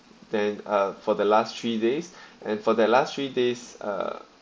then uh for the last three days and for the last three days uh